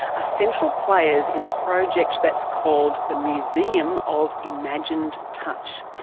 ah central players in a project that's called the museum of imagined touch.